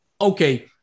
okay